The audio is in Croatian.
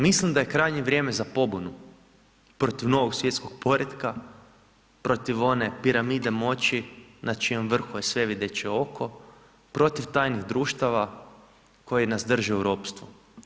Mislim da je krajnje vrijeme za pobunu protiv novog svjetskog poretka, protiv one piramide moći na čijem vrhu je svevideće oko, protiv tajnih društava koji nas drže u ropstvu.